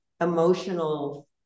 emotional